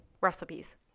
recipes